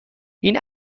این